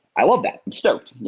i love that. i'm stoked. yeah